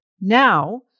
Now